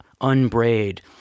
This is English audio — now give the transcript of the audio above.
unbraid